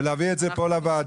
להביא את זה פה לוועדה.